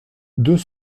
deux